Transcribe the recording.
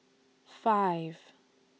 five